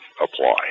apply